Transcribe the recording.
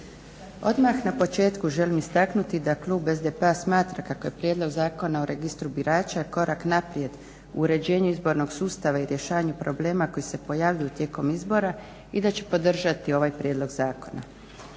Odmah na početku želim istaknuti da klub SDP-a smatra kako je prijedlog Zakona o registru birača korak naprijed u uređenju izbornog sustava i rješavanju problema koji se pojavljuju tijekom izbora i da će podržati ovaj prijedloga zakona.